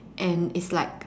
and is like